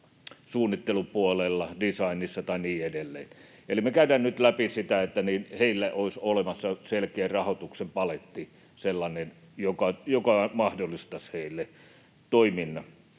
suunnittelupuolella, designissa tai niin edelleen. Eli me käydään nyt läpi sitä, että heille olisi olemassa selkeä rahoituksen paletti, sellainen, joka mahdollistaisi heille toiminnan.